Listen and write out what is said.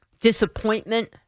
disappointment